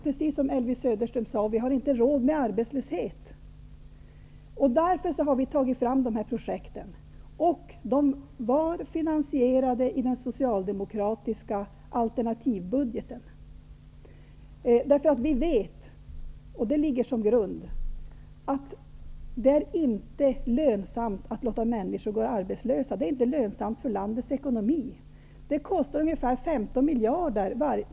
Precis som Elvy Söderström sade har vi inte råd med arbetslöshet. Därför har vi tagit fram de här projekten. Och de var finansierade i den socialdemokratiska alternativbudgeten. Vi vet -- det ligger till grund för vårt förslag -- att det inte är lönsamt för landets ekonomi att låta människor gå arbetslösa.